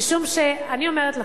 כי אני אומרת לכם,